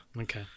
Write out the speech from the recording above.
okay